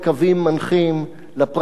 לגופים שמופיעים בבתי-משפט,